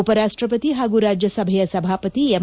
ಉಪರಾಷ್ಟಪತಿ ಹಾಗೂ ರಾಜ್ಯಸಭೆಯ ಸಭಾಪತಿ ಎಂ